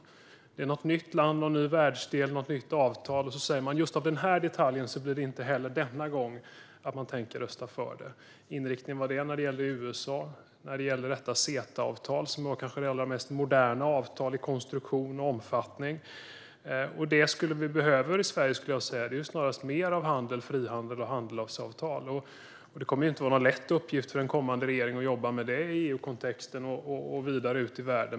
Om det är ett nytt avtal, ett nytt land och en ny världsdel säger man att just på grund av den här detaljen tänker man inte heller denna gång rösta för det. Det var inriktningen när det gällde USA och detta CETA-avtal, som kanske är det mest moderna avtalet i konstruktion och omfattning. Det vi behöver i Sverige skulle jag säga snarast är mer av handel, frihandel och handelsavtal. Det kommer inte att vara en lätt uppgift för en kommande regering att jobba med detta i EU-kontexten och vidare ut i världen.